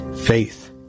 Faith